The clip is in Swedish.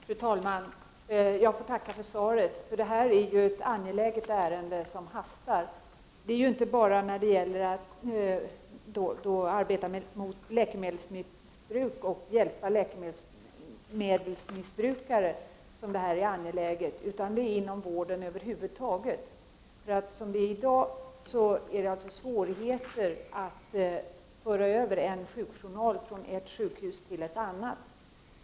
Fru talman! Jag får tacka för svaret. Detta är ett angeläget ärende som hastar. Det är inte bara när det gäller att arbeta mot läkemedelsmissbruk och hjälpa läkemedelsmissbrukare som detta är angeläget, utan det är det inom vården över huvud taget. I dag är det svårigheter att föra över en sjukjournal från ett sjukhus till ett annat.